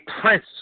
prince